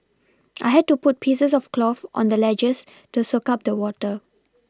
I had to put pieces of cloth on the ledges to soak up the water